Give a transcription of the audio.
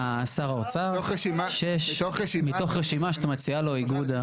שר האוצר, מתוך רשימה שמציע לו האיגוד.